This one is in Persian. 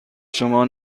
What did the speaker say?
شما